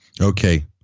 Okay